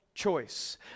choice